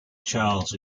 charles